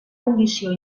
condició